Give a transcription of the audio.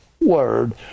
word